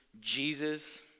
Jesus